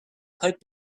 pipe